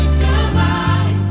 goodbye